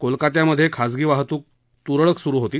कोलकात्यामध्ये खाजगी वाहतूक तुरळक सुरू होती